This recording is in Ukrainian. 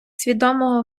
свідомого